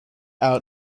out